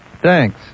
Thanks